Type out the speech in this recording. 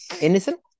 Innocent